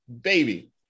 baby